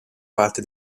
parte